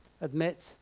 admit